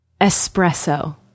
Espresso